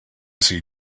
see